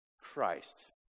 Christ